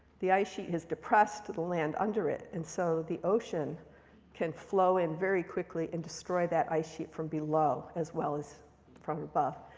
the ice sheet has depressed the land under it. and so the ocean can flow in very quickly and destroy that ice sheet from below as well as from above.